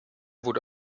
wurde